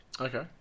Okay